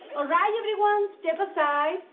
right, everyone, step aside.